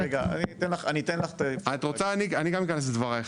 את רוצה, אני גם אכנס לדברייך.